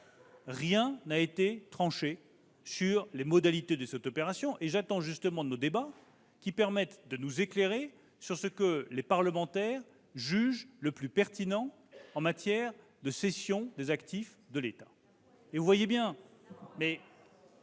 Rien n'a été tranché sur les modalités de cette opération et j'attends de nos débats qu'ils permettent de nous éclairer sur ce que les parlementaires jugent le plus pertinent en matière de cession des actifs de l'État.